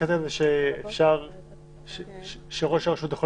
להגיד להם שיש פה משהו שהוא מיוחד,